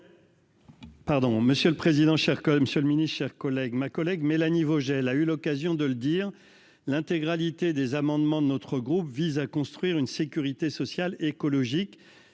Pardon, monsieur le président, chers collègues Monsieur le mini-chers collègues, ma collègue Mélanie Vogel a eu l'occasion de le dire, l'intégralité des amendements de notre groupe vise à construire une sécurité sociale, écologique,